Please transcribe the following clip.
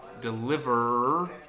deliver